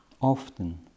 often